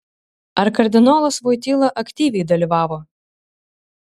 ar kardinolas voityla aktyviai dalyvavo